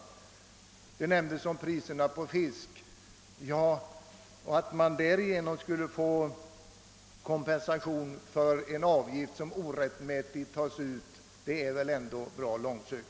Vidare nämndes fiskpriserna, men att man via dessa skulle få kompensation för en avgift som orättmätigt tas ut är väl ändå alltför långsökt.